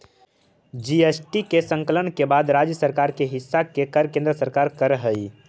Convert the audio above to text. GST के संकलन के बाद राज्य सब के हिस्सा के कर केन्द्र सरकार कर हई